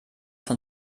von